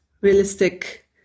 realistic